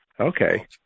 okay